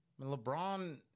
LeBron